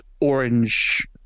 orange